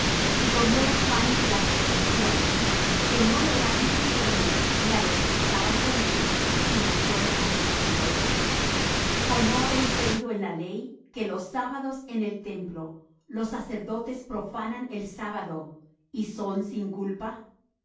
y comió los panes de la proposición que no le era lícito comer ni á los que estaban con él sino á solos los sacerdotes o no habéis leído en la ley que los sábados en el templo los sacerdotes profanan el sábado y son sin culpa